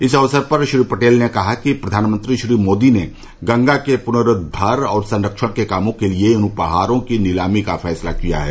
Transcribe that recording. इस अवसर पर श्री पटेल ने कहा कि प्रधानमंत्री श्री मोदी ने गंगा के पुनर्रुद्वार और संरक्षण के कामों के लिये इन उपहारों की नीलामी का फैंसला किया है